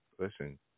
listen